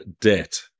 debt